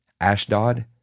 Ashdod